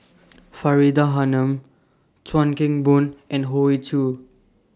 Faridah Hanum Chuan Keng Boon and Hoey Choo